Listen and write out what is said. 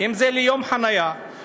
אם זה ליום חניה,